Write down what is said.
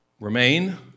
remain